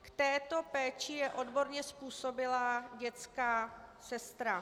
K této péči je odborně způsobilá dětská sestra.